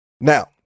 Now